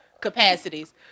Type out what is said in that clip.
capacities